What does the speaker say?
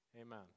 Amen